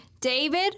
David